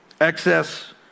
excess